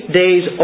days